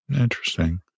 Interesting